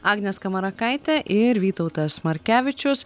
agnė skamarakaitė ir vytautas markevičius